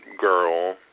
girl